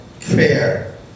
prayer